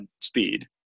speed